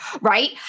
right